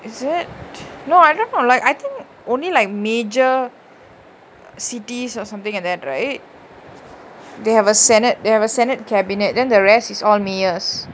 is it no I think not illinois like I think only like major cities or something like that right they have a senate they have a senate cabinet then the rest is all mayors